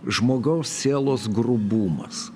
žmogaus sielos grubumas